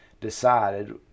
decided